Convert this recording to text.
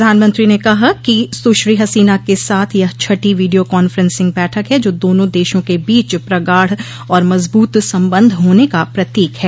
प्रधानमंत्री ने कहा कि सुश्री हसीना के साथ यह छठी वीडियो कांफ्रेंसिंग बैठक है जो दोनों देशों के बीच प्रगाढ़ और मजबूत संबंध होने का प्रतीक है